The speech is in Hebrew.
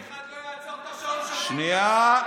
אף אחד לא יעצור את השעון של דודי אמסלם.